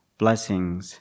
blessings